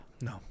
No